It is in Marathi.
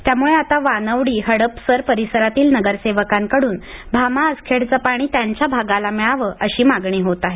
त्यामुळे आता वानवडी हडपसर परिसरातील नगरसेवकांकडून भामा आसखेडचं पाणी त्यांच्या भागाला मिळावं अशी मागणी होत आहे